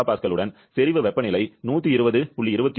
2 MPa உடன் செறிவு வெப்பநிலை 120